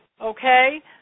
okay